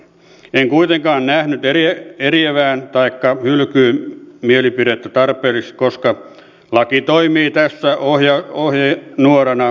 en kuitenkaan nähnyt eriävää taikka hylkymielipidettä tarpeelliseksi koska laki toimii tässä ohjenuorana